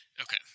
Okay